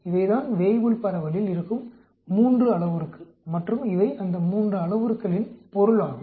இவைதான் வேய்புல் பரவலில் இருக்கும் 3 அளவுருக்கள் மற்றும் இவை இந்த 3 அளவுருக்களின் பொருள் ஆகும்